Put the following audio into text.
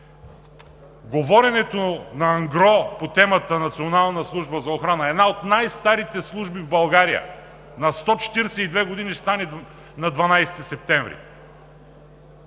говоренето ангро по темата „Национална служба за охрана“ – една от най-старите служби в България, която на 12 септември